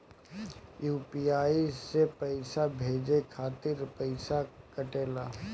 UPI से पइसा भेजने के खातिर पईसा कटेला?